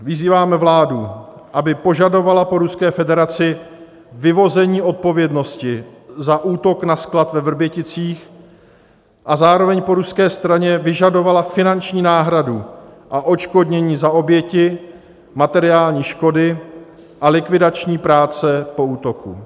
Vyzýváme vládu, aby požadovala po Ruské federaci vyvození odpovědnosti za útok na sklad ve Vrběticích a zároveň po ruské straně vyžadovala finanční náhradu a odškodnění za oběti, materiální škody a likvidační práce po útoku.